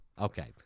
Okay